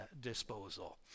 disposal